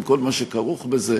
עם כל מה שכרוך בזה.